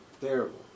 Terrible